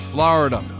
Florida